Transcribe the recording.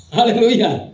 Hallelujah